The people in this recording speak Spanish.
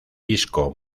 disco